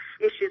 issues